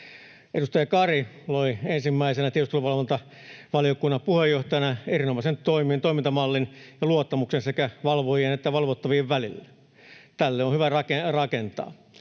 Edustaja Kari loi ensimmäisenä tiedusteluvalvontavaliokunnan puheenjohtajana erinomaisen toimintamallin ja luottamuksen sekä valvojien että valvottavien välille. Tälle on hyvä rakentaa.